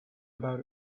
about